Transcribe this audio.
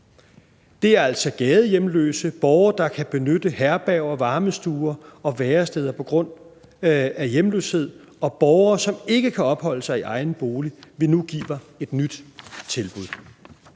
Det er altså gadehjemløse, borgere, der kan benytte herberger, varmestuer og væresteder på grund af hjemløshed, og borgere, som ikke kan opholde sig i egen bolig, vi nu giver et nyt tilbud.